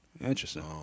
Interesting